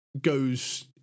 goes